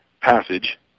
passage